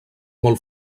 molt